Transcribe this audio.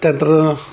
त्यानंतर